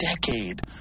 decade